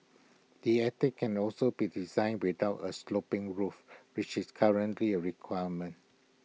the attic can also be designed without A sloping roof which is currently A requirement